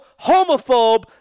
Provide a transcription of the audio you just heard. homophobe